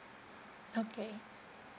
okay